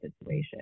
situation